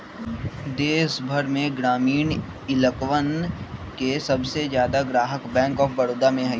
देश भर में ग्रामीण इलकवन के सबसे ज्यादा ग्राहक बैंक आफ बडौदा में हई